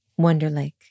Wonderlake